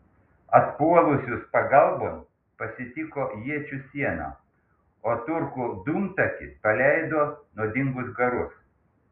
atpuolusius pagalbon pasitiko iečių siena o turkų dūmtakis paleido nuodingus garus